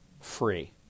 free